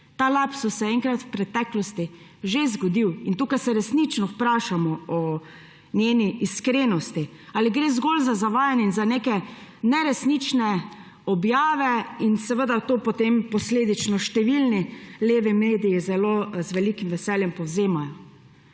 Ta lapsus se je enkrat v preteklosti že zgodil in tukaj se resnično vprašamo o njeni iskrenosti. Ali gre zgolj za zavajanje in za neke neresnične objave in seveda to posledično številni levi mediji z velikim veseljem povzemajo?